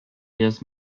jedes